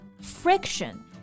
friction